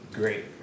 great